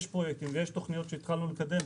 יש פרויקטים ויש תכניות שהתחלנו לקדם,